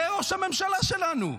זה ראש הממשלה שלנו.